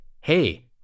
hey